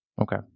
Okay